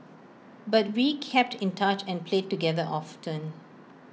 but we kept in touch and played together often